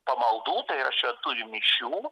pamaldų yra šventųjų mišių